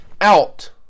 out